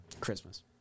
Christmas